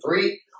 three